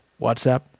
WhatsApp